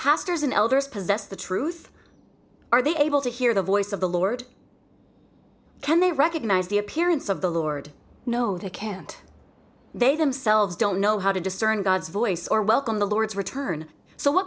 pastors and elders possess the truth are they able to hear the voice of the lord can they recognize the appearance of the lord no they can't they themselves don't know how to discern god's voice or welcome the lord's return so w